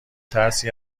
ترسی